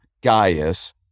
Gaius